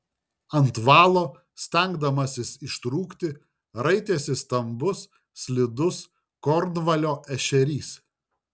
ant valo stengdamasis ištrūkti raitėsi stambus slidus kornvalio ešerys